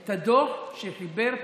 את הדוח שחיבר פרופ'